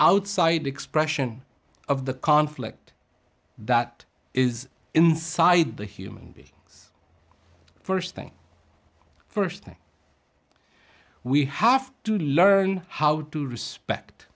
outside expression of the conflict that is inside the human beings first thing first thing we have to learn how to respect